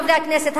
חברי הכנסת,